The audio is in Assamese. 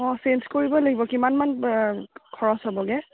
অ' চেঞ্জ কৰিবই লাগিব কিমান মান খৰচ হ'বগৈ